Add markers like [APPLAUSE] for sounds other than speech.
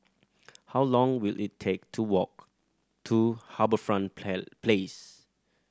how long will it take to walk to HarbourFront [UNINTELLIGIBLE] Place